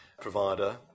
provider